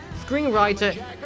Screenwriter